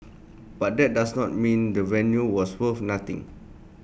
but that does not mean the venue was worth nothing